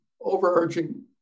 overarching